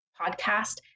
podcast